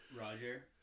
Roger